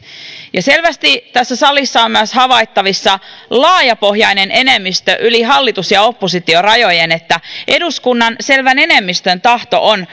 ja selvästi tässä salissa on myös havaittavissa laajapohjainen enemmistö yli hallitus ja oppositiorajojen että eduskunnan selvän enemmistön tahto on